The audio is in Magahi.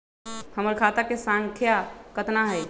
हमर खाता के सांख्या कतना हई?